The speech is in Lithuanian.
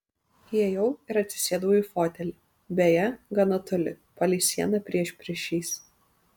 įėjau ir atsisėdau į fotelį beje gana toli palei sieną priešpriešiais